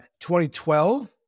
2012-